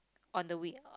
on the wi~